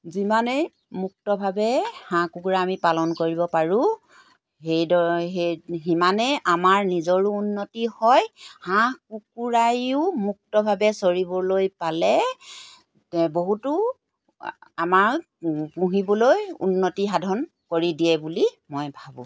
যিমানেই মুক্তভাৱে হাঁহ কুকুৰা আমি পালন কৰিব পাৰোঁ সেইদৰে সেই সিমানেই আমাৰ নিজৰো উন্নতি হয় হাঁহ কুকুৰায়ো মুক্তভাৱে চৰিবলৈ পালে বহুতো আমাক পুহিবলৈ উন্নতি সাধন কৰি দিয়ে বুলি মই ভাবোঁ